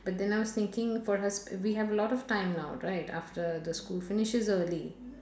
but then I was thinking for us we have a lot of time now right after the school finishes early